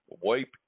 wipe